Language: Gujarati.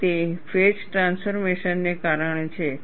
અહીં તે ફેઝ ટ્રાન્સફોર્મેશન ને કારણે છે